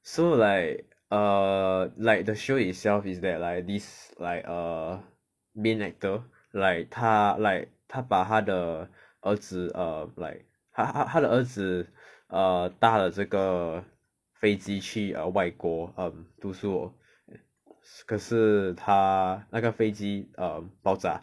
so like err like the show itself is that like this like err main actor like 他 like 他把他的儿子 err like 他他他的儿子 err 搭了这个飞机去 err 外国读书可是他那个飞机 err 爆炸